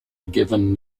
given